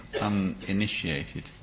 uninitiated